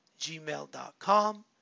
gmail.com